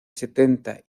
setenta